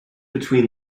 between